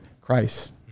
Christ